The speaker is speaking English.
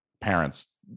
parents